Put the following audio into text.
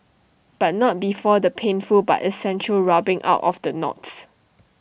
but not before the painful but essential rubbing out of the knots